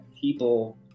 people